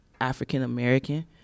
African-American